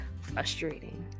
frustrating